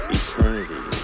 eternity